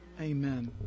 Amen